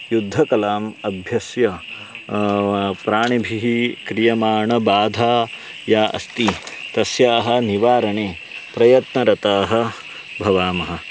युद्धकलाम् अभ्यस्य प्राणिभिः क्रियमाणा बाधा या अस्ति तस्याः निवारणे प्रयत्नरताः भवामः